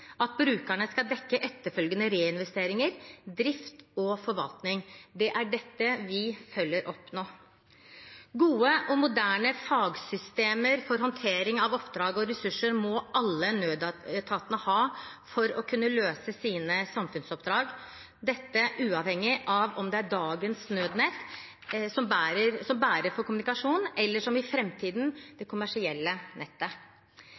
er dette vi følger opp nå. Gode og moderne fagsystemer for håndtering av oppdrag og ressurser må alle nødetatene ha for å kunne løse sine samfunnsoppdrag, uavhengig av om det er dagens nødnett som er bærer for kommunikasjon, eller – som i fremtiden – det kommersielle nettet.